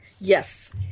yes